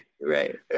Right